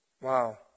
Wow